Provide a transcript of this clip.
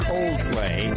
Coldplay